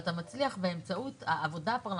היא זאת שעושה את הפיתוח של